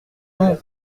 non